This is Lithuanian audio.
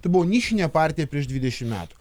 tai buvo nišinė partija prieš dvidešim metų